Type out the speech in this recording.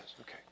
Okay